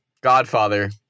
Godfather